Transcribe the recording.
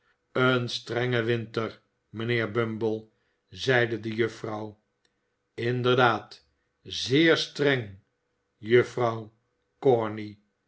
een strenge winter mijnheer bumble zeide de juffrouw inderdaad zeer streng juffrouw corney